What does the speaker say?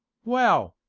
well,